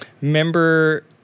member